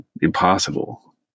impossible